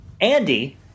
Andy